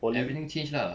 everything change lah